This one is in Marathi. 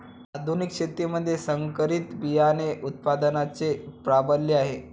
आधुनिक शेतीमध्ये संकरित बियाणे उत्पादनाचे प्राबल्य आहे